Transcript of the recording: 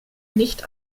nicht